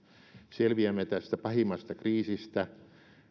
selviämme tästä pahimmasta kriisistä